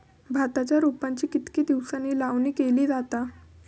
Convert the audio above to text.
भाताच्या रोपांची कितके दिसांनी लावणी केली जाता?